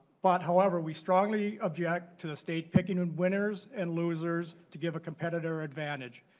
but however we strongly object to the state picking and winners and losers to give a competitive advantage.